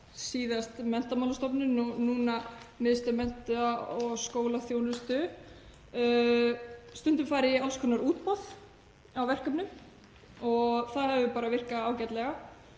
síðast Menntamálastofnun, núna Miðstöð menntunar og skólaþjónustu, hafa stundum farið í alls konar útboð á verkefnum og það hefur virkað ágætlega.